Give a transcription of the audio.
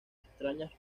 extrañas